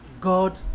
God